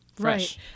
Right